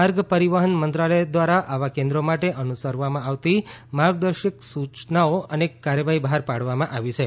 માર્ગ પરિવહન મંત્રાલય દ્વારા આવાં કેન્દ્રો માટે અનુસરવામાં આવતી માર્ગદર્શક સૂચનાઓ અને કાર્યવાહી બહાર પાડવામાં આવી છે